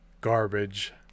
Garbage